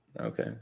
Okay